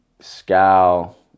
scowl